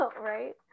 Right